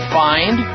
find